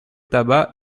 tabac